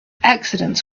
accidents